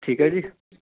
ਠੀਕ ਹੈ ਜੀ